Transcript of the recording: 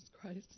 Christ